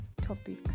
topic